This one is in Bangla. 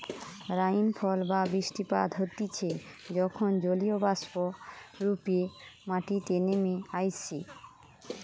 রাইনফল বা বৃষ্টিপাত হতিছে যখন জলীয়বাষ্প রূপে মাটিতে নেমে আইসে